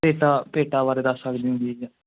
ਭੇਟਾਂ ਭੇਟਾਂ ਬਾਰੇ ਦੱਸ ਸਕਦੇ ਹੋ ਜੀ